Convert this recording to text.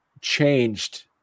changed